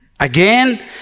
Again